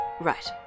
Right